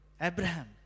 Abraham